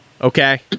okay